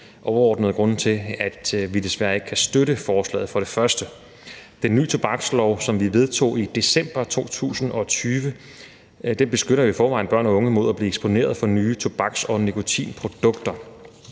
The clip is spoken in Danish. overordnet tre grunde til, at vi desværre ikke kan støtte forslaget. For det første: Den nye tobakslov, som vi vedtog i december 2020, beskytter i forvejen børn og unge mod at blive eksponeret for nye tobaks- og nikotinprodukter.